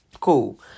cool